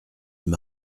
m’a